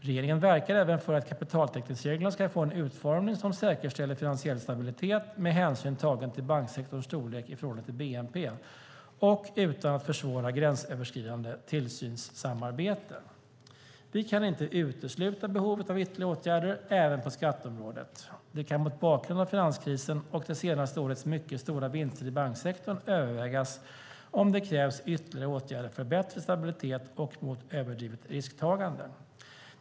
Regeringen verkar även för att kapitaltäckningsreglerna ska få en utformning som säkerställer finansiell stabilitet, med hänsyn tagen till banksektorns storlek i förhållande till bnp och utan att försvåra gränsöverskridande tillsynssamarbete. Vi kan inte utesluta behovet av ytterligare åtgärder även på skatteområdet. Det kan mot bakgrund av finanskrisen och det senaste årets mycket stora vinster i banksektorn övervägas om det krävs ytterligare åtgärder för bättre stabilitet och mot överdrivet risktagande.